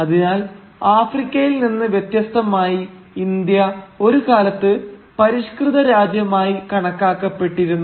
അതിനാൽ ആഫ്രിക്കയിൽ നിന്ന് വ്യത്യസ്തമായി ഇന്ത്യ ഒരു കാലത്ത് പരിഷ്കൃത രാജ്യമായി കണക്കാക്കപ്പെട്ടിരുന്നു